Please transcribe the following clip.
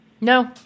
No